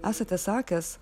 esate sakęs